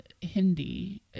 Hindi